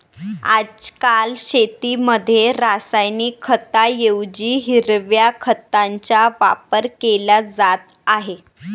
आजकाल शेतीमध्ये रासायनिक खतांऐवजी हिरव्या खताचा वापर केला जात आहे